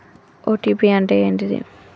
OTP అంటే ఏంటిది?